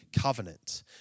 covenant